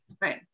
Right